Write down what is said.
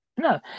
No